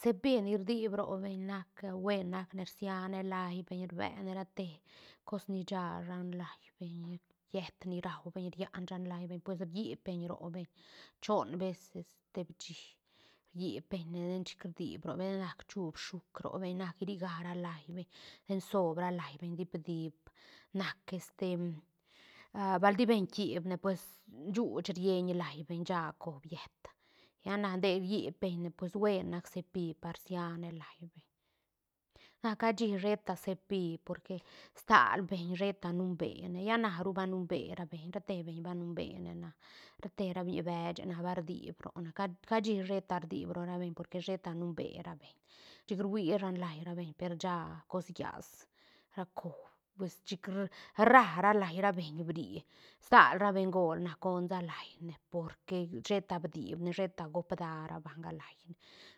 Cepí ni rdiib robeñ nac buen nac ne rsia lai beñ rbe ne rate cos ni scha shan lai beñ yët ni rau beñ rian shan lai beñ pues rdiib beñ robeñ choon bes este bishí rdi beñ den chic rdiibeñ ten nac chu bshuk ro beñ nac ri ga ra lai beñ ten soob ra lai beñ dip- dip nac este bal di beñ kiib ne pues shuuch rieñ lai beñ sha coob yët lla na dee riib beñ pues buen nac cepí par rsiane lai beñ na cashí sheta cepí porque stal beñ sheta num bene lla naru va numbera beñ ra te beñ ba num bene na rate ra biñi beche na va rdiid róne ca- cashi sheta rdiib ró ra beñ porque sheta numbera beñ chic ruía shan lai ra beñ per sha cos llias ra coob pues chic rr- rra la lai rabeñ bri stal ra bengol na conda lai ne porque sheta bdiib bne sheta gob da rabanga laine